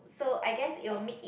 so I guess it'll make it